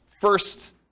first